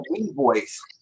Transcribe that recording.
voice